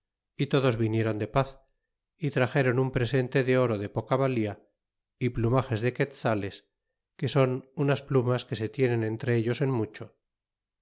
y todos vinieron de paz y traxeron un presente de oro de poca valla y plumages de quetzales que son unas plumas que se tienen entre ellos en mucho